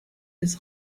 des